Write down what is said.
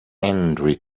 entry